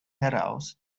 heraus